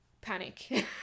Panic